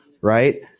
Right